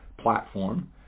platform